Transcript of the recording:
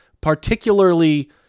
particularly